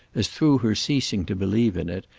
as through her ceasing to believe in it,